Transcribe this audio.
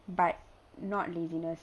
but not laziness